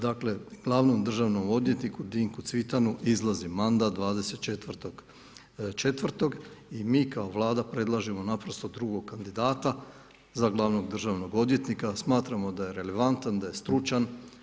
Dakle, glavnom državnom odvjetniku Dinku Cvitanu izlazi mandat 24.4. i mi kao Vlada predlažemo naprosto drugog kandidata za glavnog državnog odvjetnika, smatramo da je relevantan, da je stručan.